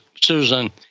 Susan